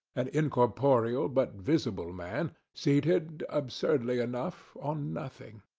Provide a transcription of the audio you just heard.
an incorporeal but visible man, seated, absurdly enough, on nothing.